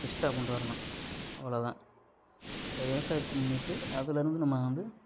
பெஸ்ட்டாக கொண்டு வரணும் அவ்வளோதான் அந்த விவசாயத்தை முன்னிட்டு அதிலருந்து நம்ம வந்து